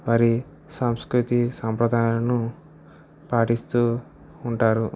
వారి సాంసృతిక సాంప్రదాయాలను పాటిస్తూ ఉంటారు